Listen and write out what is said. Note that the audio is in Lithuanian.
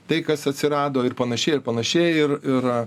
tai kas atsirado ir panašiai ir panašiai ir ir